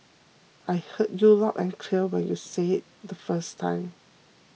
I heard you loud and clear when you said it the first time